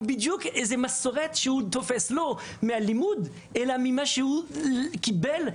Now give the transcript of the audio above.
תפס מסורת לא מהלימוד אלא ממה שהוא קיבל,